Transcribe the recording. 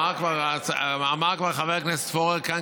כבר אמר חבר הכנסת פורר כאן,